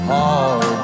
Hard